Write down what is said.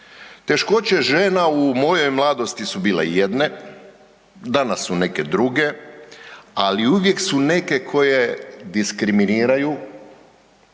Teškoće žena u mojoj mladosti su bile jedne, danas su neke druge, ali uvijek su neke koje diskriminiraju,